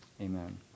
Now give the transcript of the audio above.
amen